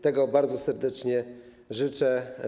Tego bardzo serdecznie życzę.